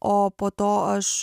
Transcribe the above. o po to aš